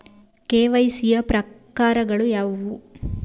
KYC ಯ ಪ್ರಕಾರಗಳು ಯಾವುವು?